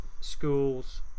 schools